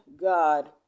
God